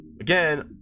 again